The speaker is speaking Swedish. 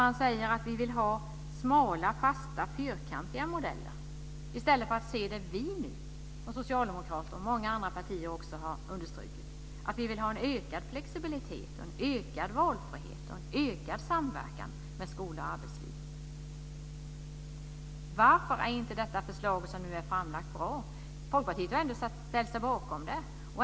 Man säger att man vill ha smala, fasta och fyrkantiga modeller. Socialdemokraterna och många andra partier har i stället understrukit att man vill ha en ökad flexibilitet, en ökad valfrihet och en ökad samverkan mellan skola och arbetsliv. Varför är det förslag som nu är framlagt inte bra? Folkpartiet har ändå ställt sig bakom det.